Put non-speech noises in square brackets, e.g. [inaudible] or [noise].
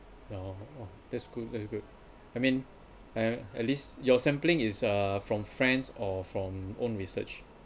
[noise] that's good that's good I mean at least your sampling is uh from friends or from own research